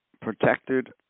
protected